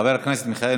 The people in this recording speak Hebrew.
חבר הכנסת מיכאל